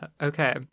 okay